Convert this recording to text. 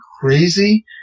crazy